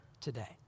today